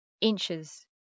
inches